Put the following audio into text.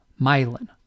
myelin